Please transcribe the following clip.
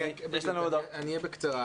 בקצרה.